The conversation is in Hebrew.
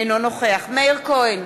אינו נוכח מאיר כהן,